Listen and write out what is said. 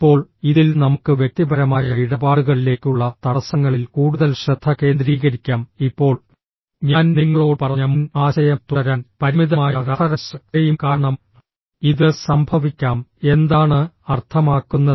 ഇപ്പോൾ ഇതിൽ നമുക്ക് വ്യക്തിപരമായ ഇടപാടുകളിലേക്കുള്ള തടസ്സങ്ങളിൽ കൂടുതൽ ശ്രദ്ധ കേന്ദ്രീകരിക്കാം ഇപ്പോൾ ഞാൻ നിങ്ങളോട് പറഞ്ഞ മുൻ ആശയം തുടരാൻ പരിമിതമായ റഫറൻസ് ഫ്രെയിം കാരണം ഇത് സംഭവിക്കാം എന്താണ് അർത്ഥമാക്കുന്നത്